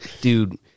dude